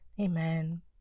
Amen